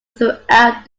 throughout